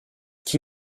qui